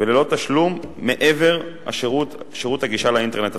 וללא תשלום מעבר לשירות הגישה לאינטרנט עצמו.